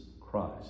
Christ